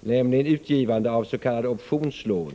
nämligen utgivande av s.k. optionslån.